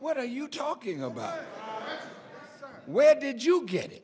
what are you talking about where did you get